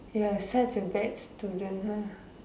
you are such a bad student lah